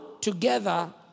together